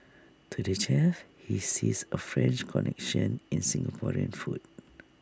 to the chef he sees A French connection in Singaporean food